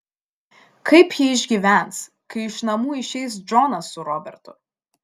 kaip ji išgyvens kai iš namų išeis džonas su robertu